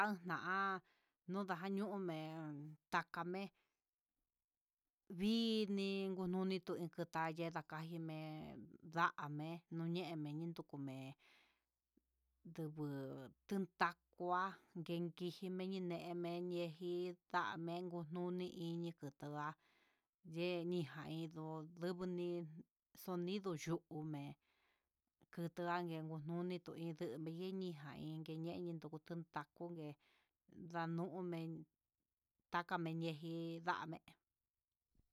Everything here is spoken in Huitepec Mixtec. Ajan nuu ñandun me'en vidnii, ngununitu inka tayee ajimen ndanmen nuñene tukumen nduju tutan kuá inkii yenen menji ndame untune iñi ndunjuá, ndenijaiyu ndukune yu'ume kutuangue toino jainngui ñeñi un taco yen ndaumen taka ñenejin nda'me.